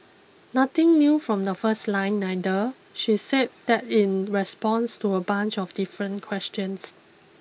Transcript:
nothing new from the first line neither she's said that in response to a bunch of different questions